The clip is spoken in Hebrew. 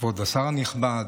כבוד השר הנכבד,